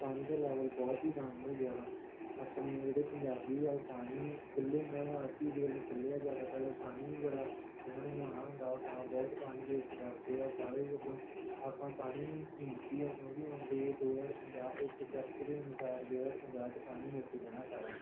ਪਾਣੀ ਦਾ ਲੈਵਲ ਬਹੁਤ ਹੀ ਡਾਊਨ ਹੋ ਗਿਆ ਵਾ ਆਪਣੇ ਜਿਹੜੇ ਪੰਜਾਬੀ ਆ ਉਹ ਪਾਣੀ ਖੁੱਲ੍ਹੇ ਮਤਲਬ ਹਰ ਚੀਜ਼ ਵੱਲੋਂ ਖੁੱਲ੍ਹੇ ਆ ਜ਼ਿਆਦਾਤਰ ਉਹ ਪਾਣੀ ਵੀ ਬੜਾ ਉਹਨਾਂ ਨੇ ਨਹਾਉਣਾ ਹੁੰਦਾ ਤਾਂ ਬਹੁਤ ਪਾਣੀ ਵੇਸਟ ਕਰਦੇ ਆ ਸਾਰੇ ਵੱਲੋਂ ਆਪਾਂ ਪਾਣੀ ਕੀਮਤੀ ਆ ਕਿਉਂਕਿ ਆਉਂਦੇ ਦੋ ਹਜ਼ਾਰ ਪੰਜਾਹ ਇੱਕ ਸਰਚ ਦੇ ਅਨੁਸਾਰ ਦੋ ਹਜ਼ਾਰ ਪੰਜਾਹ 'ਚ ਪਾਣੀ ਮੁੱਕ ਜਾਣਾ ਸਾਰਾ